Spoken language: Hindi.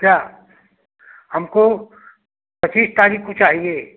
क्या हमको पचीस तारीख को चाहिए